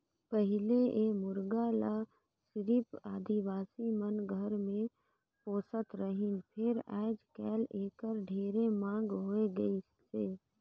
पहिले ए मुरगा ल सिरिफ आदिवासी मन घर मे पोसत रहिन फेर आयज कायल एखर ढेरे मांग होय गइसे